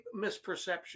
misperception